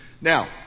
Now